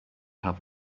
have